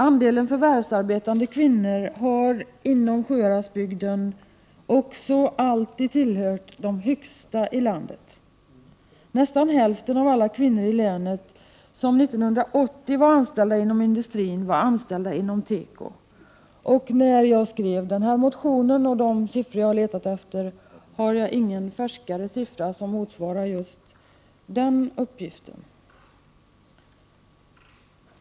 Andelen förvärvsarbetande kvinnor inom Sjuhäradsbygden har också alltid varit en av de högsta i landet. Nästan hälften av alla kvinnor i länet som 1980 var anställda inom industrin var anställda inom teko. När jag skrev den här motionen letade jag efter färskare siffror men fann inga om just detta förhållande.